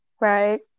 Right